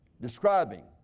Describing